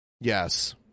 Yes